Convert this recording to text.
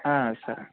సరే